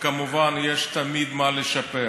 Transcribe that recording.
וכמובן יש תמיד מה לשפר.